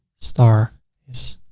star is